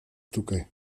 tukaj